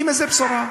עם איזו בשורה?